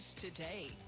today